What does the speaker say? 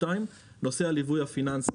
דבר שני, נושא הליווי הפיננסי.